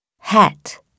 Hat